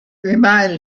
reminded